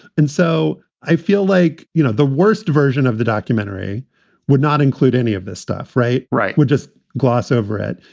and so i feel like, you know, the worst version of the documentary would not include any of this stuff. right. right. would just gloss over it.